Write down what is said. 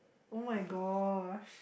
[oh]-my-gosh